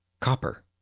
copper